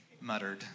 muttered